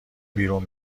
بیرون